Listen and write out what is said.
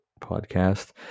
podcast